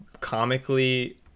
comically